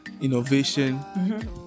innovation